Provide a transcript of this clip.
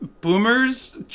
boomers